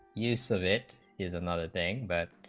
use of it is another thing but